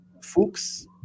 Fuchs